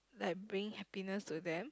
like bringing happiness to them